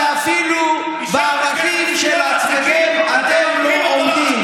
סוגיות שבהן אפילו בערכים של עצמכם אתם לא עומדים.